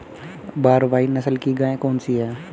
भारवाही नस्ल की गायें कौन सी हैं?